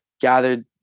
gathered